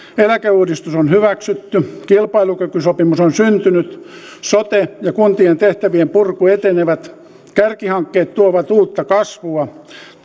eläkeuudistus on hyväksytty kilpailukykysopimus on syntynyt sote ja kuntien tehtävien purku etenevät kärkihankkeet tuovat uutta kasvua